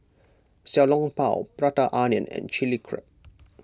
Xiao Long Bao Prata Onion and Chilli Crab